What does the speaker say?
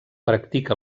practica